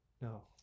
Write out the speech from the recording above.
No